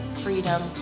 Freedom